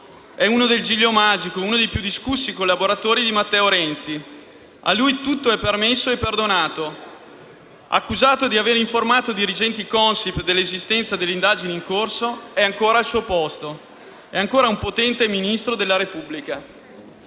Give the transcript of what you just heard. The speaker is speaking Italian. È uno del Giglio Magico. Uno dei più discussi collaboratori di Matteo Renzi. A lui tutto è permesso e perdonato. Accusato di aver informato dirigenti Consip dell'esistenza delle indagini in corso è ancora al suo posto. È ancora un potente Ministro della Repubblica.